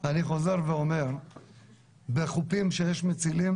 אני חוזר ואומר שבחופים שיש מצילים